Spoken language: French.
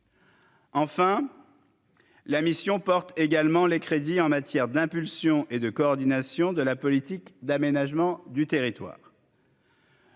Enfin, la mission porte également les crédits en matière d'impulsion et de coordination de la politique d'aménagement du territoire.